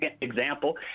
example